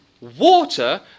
water